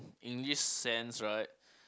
in this sense right